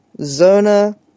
Zona